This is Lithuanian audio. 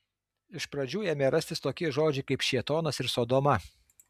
iš pradžių ėmė rastis tokie žodžiai kaip šėtonas ir sodoma